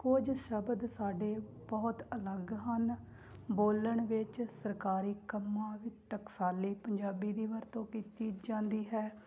ਕੁਝ ਸ਼ਬਦ ਸਾਡੇ ਬਹੁਤ ਅਲੱਗ ਹਨ ਬੋਲਣ ਵਿੱਚ ਸਰਕਾਰੀ ਕੰਮਾਂ ਵਿੱਚ ਟਕਸਾਲੀ ਪੰਜਾਬੀ ਦੀ ਵਰਤੋਂ ਕੀਤੀ ਜਾਂਦੀ ਹੈ